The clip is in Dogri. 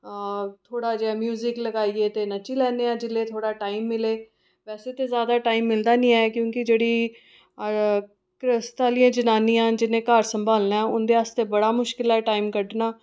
थोह्ड़ा जेहा म्युजिक लगाइयै ते नच्ची लैन्ने आं जेल्लै थोह्ड़ा टाइम मिले वैसे ते जैदा टाइम मिलदा गै नेईं क्येंकि जेह्ड़ी घ्रैस्त आह्लियां जनानियां न जिनें घर संभालनै उं'दे आस्तै बड़ा मुश्कल ऐ टाइम कड्ढना